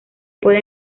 puede